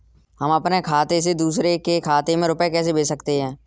हम अपने खाते से दूसरे के खाते में रुपये कैसे भेज सकते हैं?